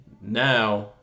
now